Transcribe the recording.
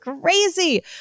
crazy